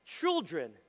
Children